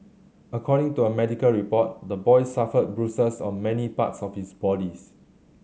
according to a medical report the boy suffered bruises on many parts of his body